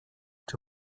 czy